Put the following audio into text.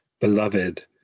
Beloved